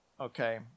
okay